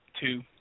Two